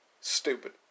stupid